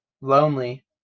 lonely